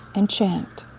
and chant.